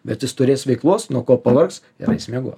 bet jis turės veiklos nuo ko pavargs ir eis miegot